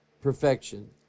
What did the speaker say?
perfection